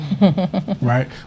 right